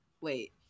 wait